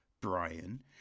Brian